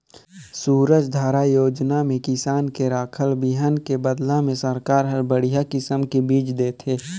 सूरजधारा योजना में किसान के राखल बिहन के बदला में सरकार हर बड़िहा किसम के बिज देथे